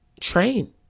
train